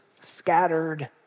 scattered